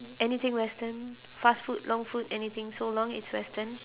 anything western fast food long food anything so long it's western